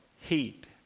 heat